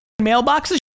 mailboxes